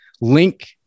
link